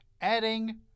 adding